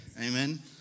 Amen